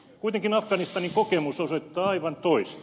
kuitenkin afganistanin kokemus osoittaa aivan toista